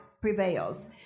prevails